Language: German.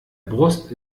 brust